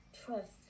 trust